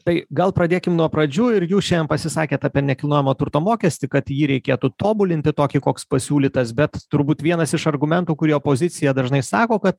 tai gal pradėkim nuo pradžių ir jūs šiadien pasisakėt apie nekilnojamo turto mokestį kad jį reikėtų tobulinti tokį koks pasiūlytas bet turbūt vienas iš argumentų kurį opozicija dažnai sako kad